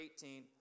18—